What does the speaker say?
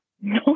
no